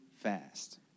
Fast